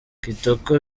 kitoko